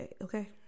Okay